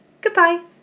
goodbye